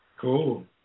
Cool